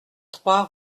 trois